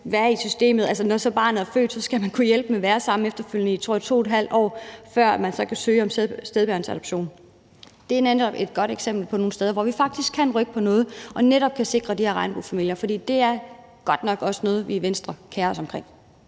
være i systemet? Altså, når så barnet er blevet født, skal man gudhjælpemig efterfølgende være sammen i 2½ år, før man så kan søge om stedbørnsadoption. Det er netop et godt eksempel på nogle steder, hvor vi faktisk kan rykke på noget og sikre de her regnbuefamilier, for det er godt nok også noget, vi i Venstre kerer os om.